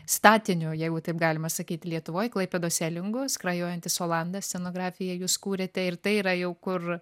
statiniu jeigu taip galima sakyt lietuvoj klaipėdos elingu skrajojantis olandas scenografiją jūs kūrėte ir tai yra jau kur